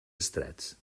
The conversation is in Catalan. estrets